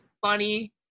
funny